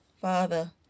Father